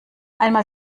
einmal